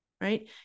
right